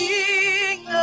King